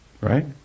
Right